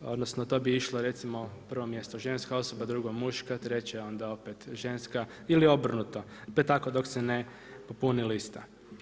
odnosno to bi išlo, recimo na prvo mjesto ženska osoba, drugo muška, treća onda opet ženska ili obrnuto pa je tako dok se ne popuni lista.